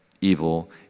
evil